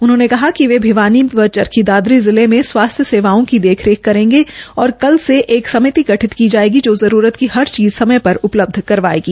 उनहोंने कहा कि वे भिवानी व चरखी दादरी जिले मे स्वास्थ्य सेवाओं की देखरेख करेंगे और कल से एक समिति गठित की जायेगी जो जरूरत जो हर चीज समय पर उपलब्ध करवायेगी